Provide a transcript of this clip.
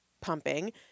pumping